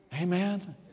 Amen